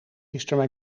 gisteren